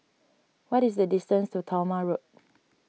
what is the distance to Talma Road